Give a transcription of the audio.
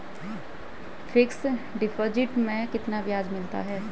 Fix deposit में कितना ब्याज मिलता है?